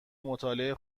مطالعه